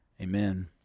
Amen